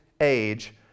age